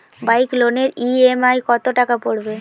Bike লোনের EMI কত টাকা পড়বে?